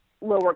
lower